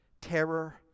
terror